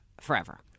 forever